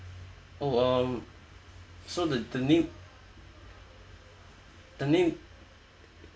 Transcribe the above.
oh um so the the name the name